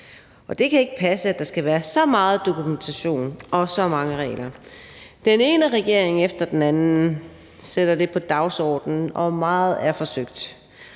og det kan ikke passe, at der skal være så meget dokumentation og så mange regler! Den ene regering efter den anden sætter det på dagsordenen, og meget er forsøgt.